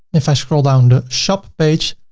if i scroll down the shop page,